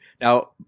Now